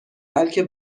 بلکه